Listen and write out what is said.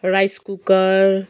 rice cooker